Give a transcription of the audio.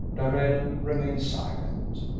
darrell remained silent.